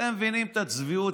אתם מבינים את הצביעות?